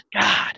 God